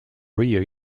area